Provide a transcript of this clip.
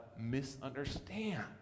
misunderstand